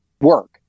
work